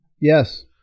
Yes